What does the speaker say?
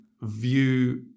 view